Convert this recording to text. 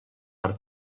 per